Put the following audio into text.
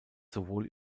sowohl